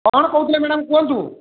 କ'ଣ କହୁଥିଲେ ମ୍ୟାଡ଼ାମ୍ କୁହନ୍ତୁ